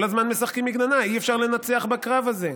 כל הזמן משחקים מגננה, אי-אפשר לנצח בקרב הזה.